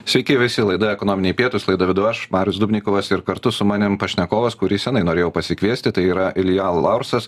sveiki visi laida ekonominiai pietūs laidą vedu aš marius dubnikovas ir kartu su manim pašnekovas kurį senai norėjau pasikviesti tai yra ilja laursas